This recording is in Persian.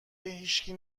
هیشکی